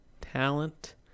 talent